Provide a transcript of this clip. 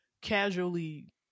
casually